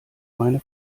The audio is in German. meine